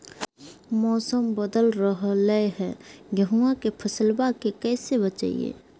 मौसम बदल रहलै है गेहूँआ के फसलबा के कैसे बचैये?